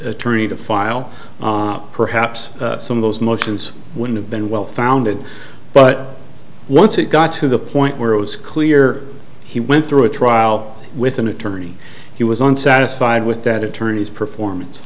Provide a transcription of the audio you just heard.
attorney to file perhaps some of those motions would have been well founded but once it got to the point where it was clear he went through a trial with an attorney he was unsatisfied with that attorney's performance